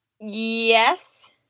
Yes